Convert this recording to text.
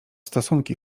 stosunki